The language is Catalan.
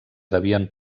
devien